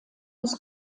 des